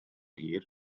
hir